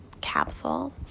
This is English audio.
capsule